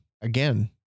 again